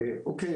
שלך.